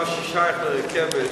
מה ששייך לרכבת,